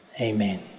Amen